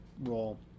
role